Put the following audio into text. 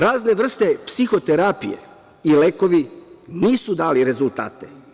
Razne vrste psihoterapija i lekovi nisu dali rezultate.